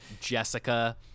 Jessica